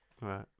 Right